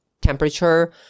temperature